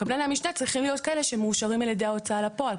קבלני המשנה צריכים להיות כאלה שמאושרים על ידי ההוצאה לפועל,